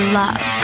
love